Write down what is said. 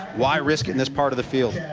why risk it in this part of the field?